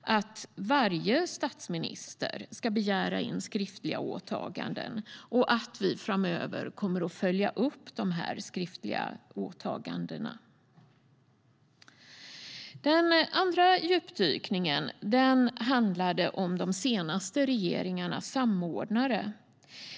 att varje statsminister ska begära in skriftliga åtaganden, och vi kommer framöver att följa upp de skriftliga åtagandena. Den andra djupdykningen handlar om de senaste regeringarnas samordnare.